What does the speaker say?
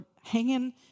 hanging